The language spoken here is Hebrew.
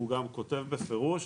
הוא גם כותב בפירוש,